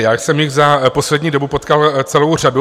Já jsem jich za poslední dobu potkal celou řadu.